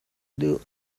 duh